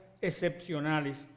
excepcionales